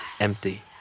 Empty